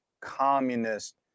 communist